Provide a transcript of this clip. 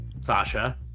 Sasha